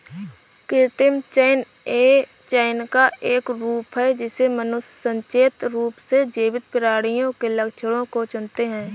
कृत्रिम चयन यह चयन का एक रूप है जिससे मनुष्य सचेत रूप से जीवित प्राणियों के लक्षणों को चुनते है